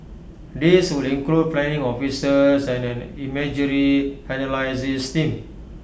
these would include planning officers and an imagery analysis team